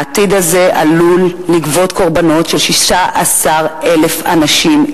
העתיד הזה עלול לגבות קורבנות של 16,000 אנשים,